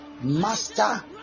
master